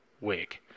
wig